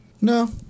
No